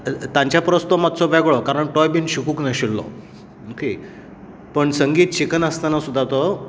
तांच्या परस तो मात्सो वेगळो कारण तोय बि शिकुंक नाशिल्लो ओके पण संगीत शिकनासतना सुदा तो